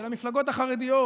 של המפלגות החרדיות,